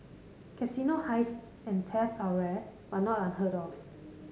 casino heists and theft are rare but not unheard of